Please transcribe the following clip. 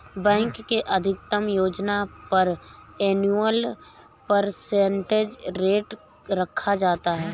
bank के अधिकतम योजना पर एनुअल परसेंटेज रेट रखा जाता है